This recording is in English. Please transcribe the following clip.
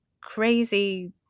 crazy